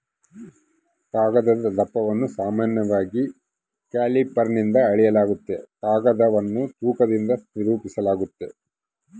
ಕಾಗದದ ದಪ್ಪವನ್ನು ಸಾಮಾನ್ಯವಾಗಿ ಕ್ಯಾಲಿಪರ್ನಿಂದ ಅಳೆಯಲಾಗ್ತದ ಕಾಗದವನ್ನು ತೂಕದಿಂದ ನಿರೂಪಿಸಾಲಾಗ್ತದ